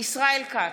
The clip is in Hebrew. ישראל כץ,